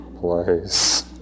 place